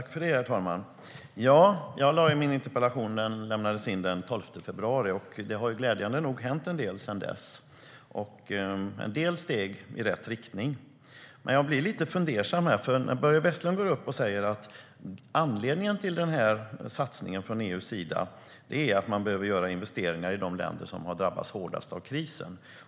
Herr talman! Jag lämnade in min interpellation den 12 februari. Det har glädjande nog hänt en del sedan dess, en del steg i rätt riktning. Men jag blir lite fundersam. Börje Vestlund går upp och säger att anledningen till satsningen från EU:s sida är att man behöver göra investeringar i de länder som har drabbats hårdast av krisen.